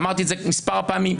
אמרתי את זה מספר פעמים,